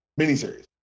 miniseries